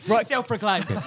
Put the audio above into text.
self-proclaimed